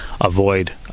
avoid